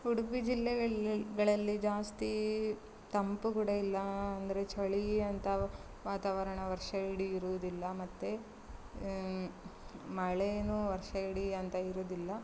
ಉಡುಪಿ ಜಿಲ್ಲೆಗಳಲ್ಲಿ ಗಳಲ್ಲಿ ಜಾಸ್ತಿ ತಂಪು ಕೂಡ ಇಲ್ಲ ಅಂದರೆ ಚಳಿ ಅಂತ ವಾತಾವರಣ ವರ್ಷ ಇಡೀ ಇರುವುದಿಲ್ಲ ಮತ್ತು ಮಳೇ ಅಷ್ಟೇ ಇಡೀ ಅಂತ ಇರೋದಿಲ್ಲ